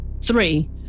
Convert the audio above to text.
Three